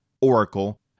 oracle